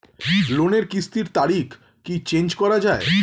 লোনের কিস্তির তারিখ কি চেঞ্জ করা যায়?